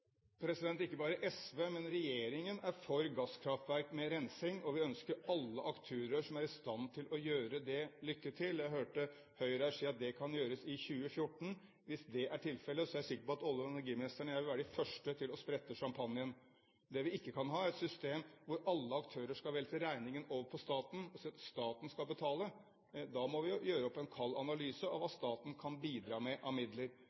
reinsekostnadene? Ikke bare SV, men regjeringen er for gasskraftverk med rensing, og vi ønsker alle aktører som er i stand til å gjøre det, lykke til. Jeg hørte Høyre si her at det kan gjøres i 2014. Hvis det er tilfelle, er jeg sikker på at olje- og energiministeren og jeg vil være de første til å sprette champagnen. Men det vi ikke kan ha, er et system hvor alle aktører skal velte regningen over på staten og si at staten skal betale. Da må vi jo gjøre opp en kald analyse over hva staten kan bidra med av midler.